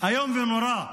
איום ונורא.